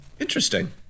Interesting